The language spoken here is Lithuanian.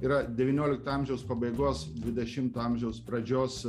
yra devyniolikto amžiaus pabaigos dvidešimto amžiaus pradžios